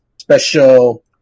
special